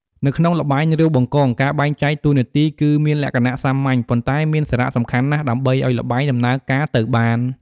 នៅក្នុងល្បែង រាវបង្កង ការបែងចែកតួនាទីគឺមានលក្ខណៈសាមញ្ញ ប៉ុន្តែមានសារៈសំខាន់ណាស់ដើម្បីឱ្យល្បែងដំណើរការទៅបាន។